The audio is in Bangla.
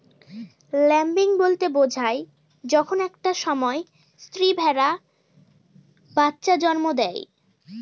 ল্যাম্বিং বলতে বোঝায় যখন একটা সময় স্ত্রী ভেড়া বাচ্চা জন্ম দেয়